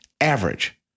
average